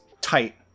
tight